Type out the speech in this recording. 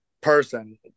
person